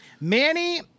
Manny